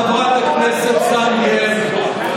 חברת הכנסת זנדברג,